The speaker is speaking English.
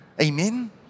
Amen